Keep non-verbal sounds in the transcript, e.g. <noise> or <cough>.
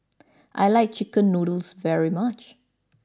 <noise> I like Chicken Noodles very much